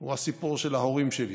הוא הסיפור של ההורים שלי.